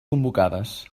convocades